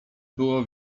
było